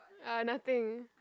ah nothing